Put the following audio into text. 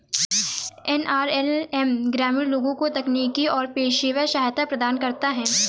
NRLM ग्रामीण लोगों को तकनीकी और पेशेवर सहायता प्रदान करता है